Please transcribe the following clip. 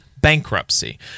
bankruptcy